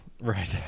right